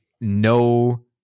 no